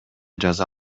жаза